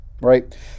right